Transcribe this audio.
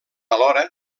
alhora